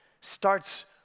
starts